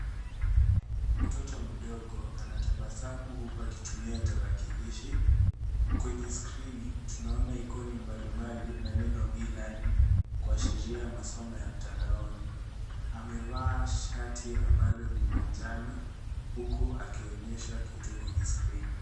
Mtoto mdogo anatabasamu huku akitumia tarakilishi, kwenye skrini tuna ona ikoni mbali mbali na neno e- learning ku ashiria masomo ya mtandaoni. Amevaa shati ambalo ni manjano huku akionyesha kitu kwenye skrini.